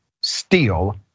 steal